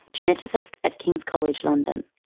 geneticist at kings college london.